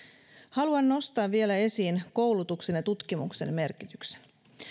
haluan nostaa vielä esiin koulutuksen ja tutkimuksen merkityksen